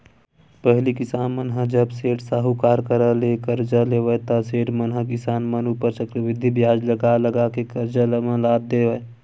पहिली किसान मन ह जब सेठ, साहूकार करा ले करजा लेवय ता सेठ मन ह किसान मन ऊपर चक्रबृद्धि बियाज लगा लगा के करजा म लाद देय